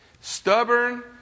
Stubborn